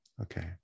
okay